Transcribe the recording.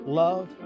love